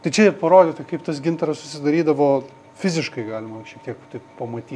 tai čia ir parodyta kaip tas gintaras susidarydavo fiziškai galima šiek tiek tai pamaty